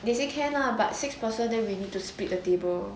they say can lah but six person then we need to split the table